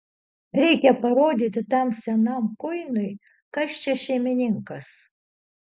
reikia parodyti tam senam kuinui kas čia šeimininkas